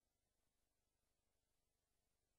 חברי חברי הכנסת, אין